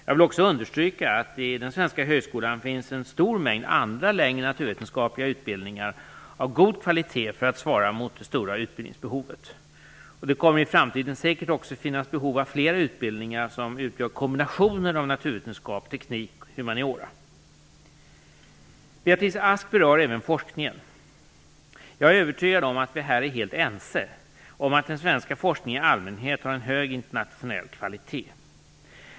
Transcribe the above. Jag vill också understryka att det i den svenska högskolan även finns en stor mängd andra längre naturvetenskapliga utbildningar av god kvalitet för att svara mot det stora utbildningsbehovet. I framtiden kommer det dessutom att finnas behov av flera utbildningar som utgör kombinationer av naturvetenskap, teknik och humaniora. Beatrice Ask berör även forskningen. Jag är övertygad om att vi här är helt ense om att den svenska forskningen i allmänhet har en hög internationell kvalitet.